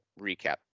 recap